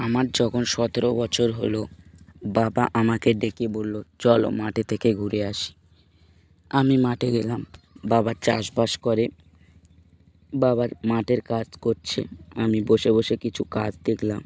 আমার যখন সতেরো বছর হলো বাবা আমাকে ডেকে বললো চলো মাঠে থেকে ঘুরে আসি আমি মাঠে গেলাম বাবার চাষবাস করে বাবার মাঠের কাজ করছে আমি বসে বসে কিছু কাজ দেখলাম